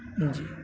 جی